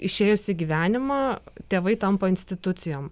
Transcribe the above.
išėjus į gyvenimą tėvai tampa institucijom